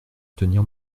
tenir